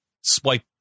swipe